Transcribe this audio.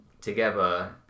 together